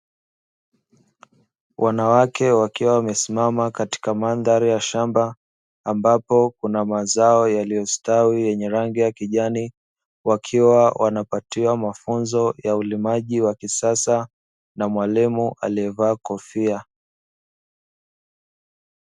Wanawake wakiwa wamesimama katika mandhari ya shamba ambapo kuna mazao yaliyostawi yenye rangi ya kijani, wakiwa wanapatiwa mafunzo ya ulimaji wa kisasa na mwalimu aliyevaa kofia.